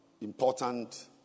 important